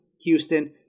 Houston